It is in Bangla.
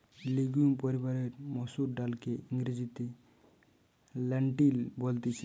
লিগিউম পরিবারের মসুর ডালকে ইংরেজিতে লেন্টিল বলতিছে